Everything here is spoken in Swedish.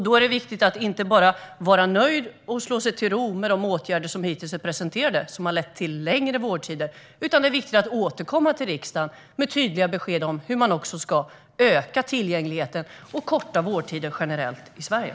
Då är det viktigt att inte bara vara nöjd och slå sig till ro med de åtgärder som hittills är presenterade - som har lett till längre vårdtider - utan återkomma till riksdagen med tydliga besked om hur man ska öka tillgängligheten och korta vårdtiden generellt i Sverige.